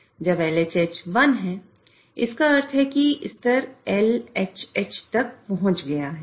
जब LHH 1 जिसका अर्थ है कि स्तर LHH तक पहुँच गया है